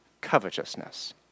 covetousness